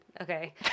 Okay